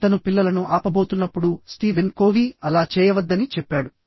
అతను పిల్లలను ఆపబోతున్నప్పుడు స్టీవెన్ కోవీ అలా చేయవద్దని చెప్పాడు